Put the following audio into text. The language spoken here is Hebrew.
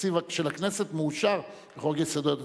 והתקציב של הכנסת מאושר בחוק יסודות התקציב.